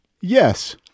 Yes